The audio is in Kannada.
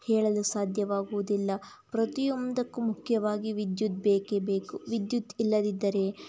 ಹೇಳಲು ಸಾಧ್ಯವಾಗುವುದಿಲ್ಲ ಪ್ರತಿಯೊಂದಕ್ಕೂ ಮುಖ್ಯವಾಗಿ ವಿದ್ಯುತ್ ಬೇಕೇ ಬೇಕು ವಿದ್ಯುತ್ ಇಲ್ಲದಿದ್ದರೆ